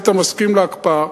שהיית מסכים להקפאה,